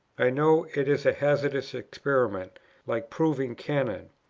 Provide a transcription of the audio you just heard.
i know it is a hazardous experiment like proving cannon.